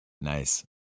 Nice